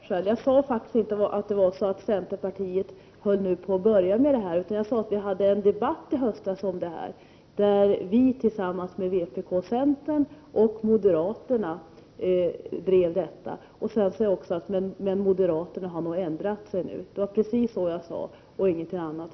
Fru talman! Jag beklagar Lennart Brunanders dåliga hörsel. Jag sade faktiskt inte att centern först nu började intressera sig för den här frågan, utan jag sade att vi hade en debatt i höstas där vi tillsammans med vpk, centern och moderaterna drev kraven på importerade livsmedel. Sedan sade jag också att moderaterna nu har ändrat sig. Det var precis vad jag sade och ingenting annat.